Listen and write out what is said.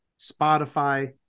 Spotify